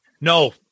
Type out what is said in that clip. No